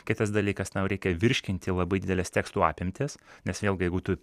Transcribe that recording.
kitas dalykas tau reikia virškinti labai dideles tekstų apimtis nes vėlgi jeigu tu